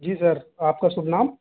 जी sir आपका शुभ नाम